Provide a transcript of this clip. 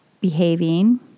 behaving